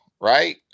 right